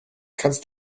kannst